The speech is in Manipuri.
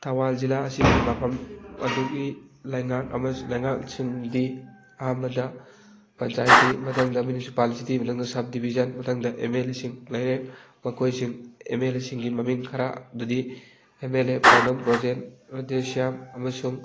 ꯊꯧꯕꯥꯜ ꯖꯤꯜꯂ ꯑꯁꯤꯒꯤ ꯃꯐꯝ ꯑꯗꯨꯒꯤ ꯂꯩꯉꯥꯛ ꯂꯩꯉꯥꯛꯁꯤꯡꯗꯤ ꯑꯍꯥꯟꯕꯗ ꯄꯟꯆꯥꯌꯦꯇꯤ ꯃꯊꯪꯗ ꯃ꯭ꯌꯨꯅꯤꯁꯤꯄꯥꯂꯤꯇꯤ ꯃꯊꯪꯗ ꯁꯕ ꯗꯤꯕꯤꯖꯟ ꯃꯊꯪꯗ ꯑꯦꯝ ꯑꯦꯜ ꯑꯦꯁꯤꯡ ꯂꯩꯔꯦ ꯃꯈꯣꯏꯁꯤꯡ ꯑꯦꯝ ꯑꯦꯜ ꯑꯦꯁꯤꯡꯒꯤ ꯃꯃꯤꯡ ꯈꯔ ꯑꯗꯨꯗꯤ ꯑꯦꯝ ꯑꯦꯜ ꯑꯦ ꯄꯥꯎꯅꯝ ꯕ꯭ꯔꯣꯖꯦꯟ ꯔꯥꯙꯦꯁ꯭ꯌꯥꯝ ꯑꯃꯁꯨꯡ